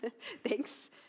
Thanks